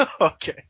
Okay